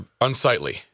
Unsightly